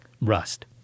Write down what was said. rust